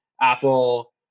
Apple